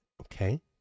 Okay